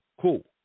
cool